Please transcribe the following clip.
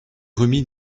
remis